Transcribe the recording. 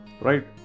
right